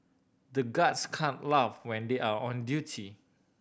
the guards can't laugh when they are on duty